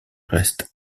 reste